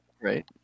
Right